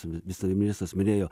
viceministras minėjo